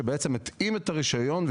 שהתאים את הרישיון,